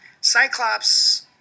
Cyclops